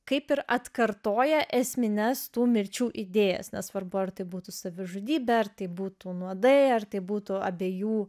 kaip ir atkartoja esmines tų mirčių idėjas nesvarbu ar tai būtų savižudybė ar tai būtų nuodai ar tai būtų abiejų